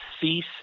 Cease